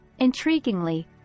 Intriguingly